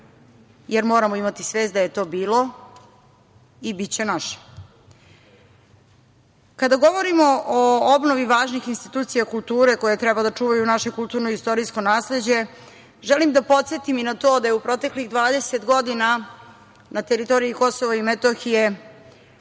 jer moramo imati svest da je to bilo i biće naše. Kada govorimo o obnovi važnih institucija kulture koje treba da čuvaju naše kulturno i istorijsko nasleđe, želim da podsetim i na to da je u proteklih 20 godina na teritoriji Kosova i Metohije